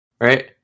Right